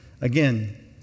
again